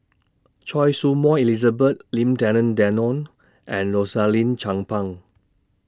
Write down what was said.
Choy Su Moi Elizabeth Lim Denan Denon and Rosaline Chan Pang